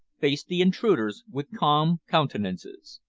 faced the intruders with calm countenances.